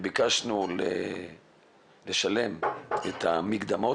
וביקשנו לשלם את המקדמות.